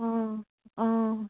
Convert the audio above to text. অঁ অঁ